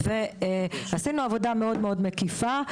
ועשינו עבודה מאוד מקיפה.